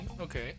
Okay